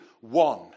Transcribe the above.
one